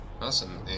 Awesome